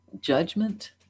judgment